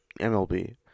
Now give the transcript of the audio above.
MLB